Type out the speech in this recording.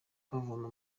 bavoma